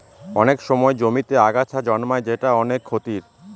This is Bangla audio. অনেক সময় জমিতে আগাছা জন্মায় যেটা অনেক ক্ষতির